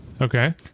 Okay